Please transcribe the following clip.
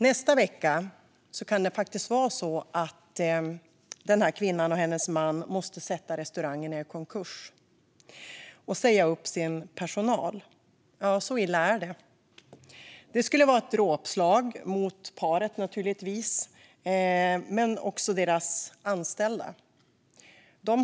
Nästa vecka kan det vara så illa att kvinnan och hennes man måste försätta restaurangerna i konkurs och säga upp sin personal. Det skulle vara ett dråpslag mot paret och deras anställda.